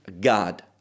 God